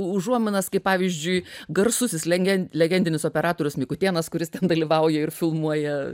užuominas kaip pavyzdžiui garsusis legen legendinis operatorius mikutėnas kuris dalyvauja ir filmuoja